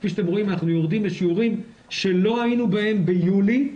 כפי שאתם רואים אנחנו יורדים לשיעורים שלא היינו בהם ביולי,